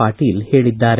ಪಾಟೀಲ ಹೇಳಿದ್ದಾರೆ